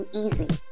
easy